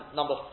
number